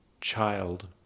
child